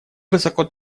высоко